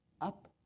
up